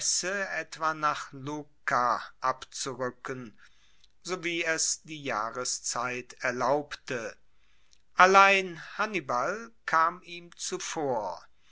etwa nach lucca abzuruecken sowie es die jahreszeit erlaubte allein hannibal kam ihm zuvor